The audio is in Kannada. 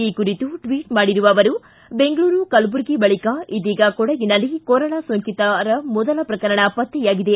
ಈ ಕುರಿತು ಟ್ವಿಚ್ ಮಾಡಿರುವ ಅವರು ಬೆಂಗಳೂರು ಕಲಬುರಗಿ ಬಳಿಕ ಇದೀಗ ಕೊಡಗಿನಲ್ಲಿ ಕೊರೊನಾ ಸೋಂಕಿತರ ಮೊದಲ ಪ್ರಕರಣ ಪತ್ತೆಯಾಗಿದೆ